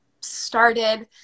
started